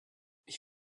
ich